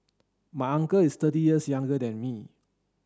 my uncle is thirty years younger than me